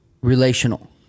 relational